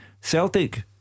Celtic